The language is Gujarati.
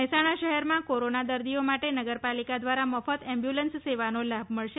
મહેસાણા શહેરમાં કોરોના દર્દીઓ માટે નગરપાલિકા દ્વારા મફત એમ્યુયાલન્સ સેવાનો લાભ મળશે